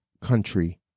country